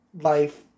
life